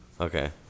Okay